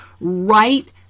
right